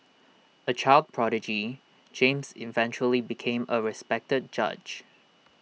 A child prodigy James eventually became A respected judge